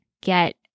get